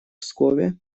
пскове